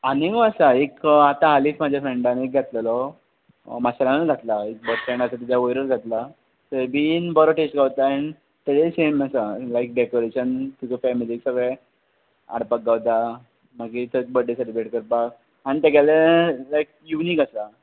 आनी आसा एक आतां हालींक म्हाज्या फ्रँडान एक घातलेलो माशेलानूच घातला एक बस स्टॅण आसा तेज्या वयरूच घातला थंय बी बरो टेस्ट गावता आनी तेज्याई सेम आसा लायक डॅकोरेशन तुका फॅमिलीक सगळें हाडपाक गावता मागीर थंयत बड्डे सॅलब्रेट करपाक आनी तेगेलें लायक युनीक आसा